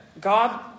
God